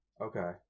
Okay